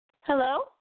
Hello